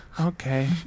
okay